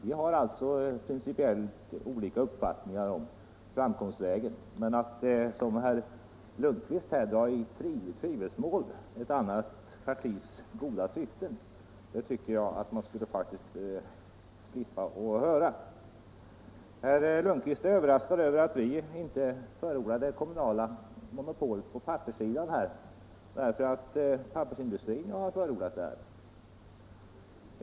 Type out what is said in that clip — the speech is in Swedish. Vi har alltså principiellt olika uppfattningar om framkomstvägarna, men att som statsrådet Lundkvist dra i tvivelsmål ett annat partis goda syften, det tycker jag man skulle slippa höra. Statsrådet Lundkvist är överraskad över att vi inte förordar det kommunala monopolet på papperssidan därför att inte pappersindustrin har förordat det.